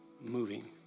moving